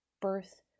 birth